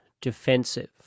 defensive